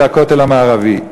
זה הכותל המערבי.